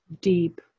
deep